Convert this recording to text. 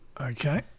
Okay